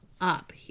up